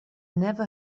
never